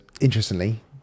interestingly